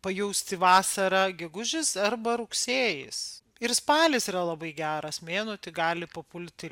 pajausti vasarą gegužis arba rugsėjis ir spalis yra labai geras mėnuo tik gali papulti